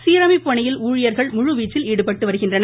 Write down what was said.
சீரமைப்பு பணியில் ஊழியர்கள் முழுவீச்சில் ஈடுபட்டு வருகின்றனர்